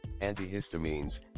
antihistamines